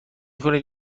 کنید